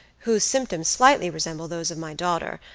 whose symptoms slightly resemble those of my daughter,